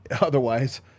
Otherwise